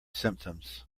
symptoms